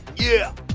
yeah,